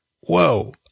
Whoa